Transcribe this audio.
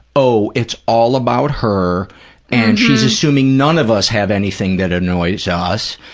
oh, it's all about her and she's assuming none of us have anything that annoys us,